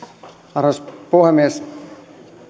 arvoisa puhemies